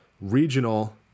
regional